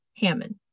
Hammond